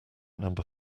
number